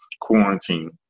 quarantine